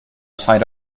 tied